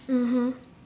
mmhmm